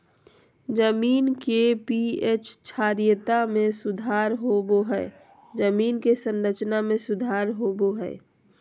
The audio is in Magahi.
जमीन के पी.एच क्षारीयता में सुधार होबो हइ जमीन के संरचना में सुधार होबो हइ